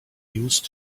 used